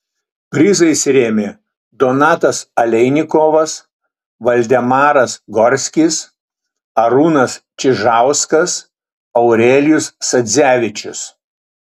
prizais rėmė donatas aleinikovas valdemaras gorskis arūnas čižauskas aurelijus sadzevičius